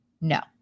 No